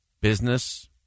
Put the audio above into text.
business